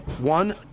one